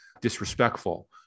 disrespectful